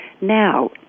now